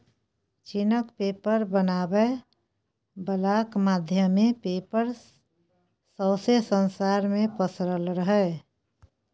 चीनक पेपर बनाबै बलाक माध्यमे पेपर सौंसे संसार मे पसरल रहय